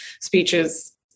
speeches